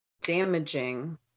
damaging